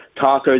tacos